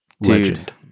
Legend